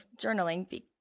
journaling